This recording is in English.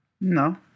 no